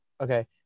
Okay